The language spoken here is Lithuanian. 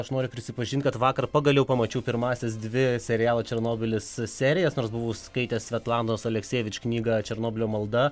aš noriu prisipažint kad vakar pagaliau pamačiau pirmąsias dvi serialo černobylis serijas nors buvau skaitęs svetlanos aleksijevič knygą černobylio malda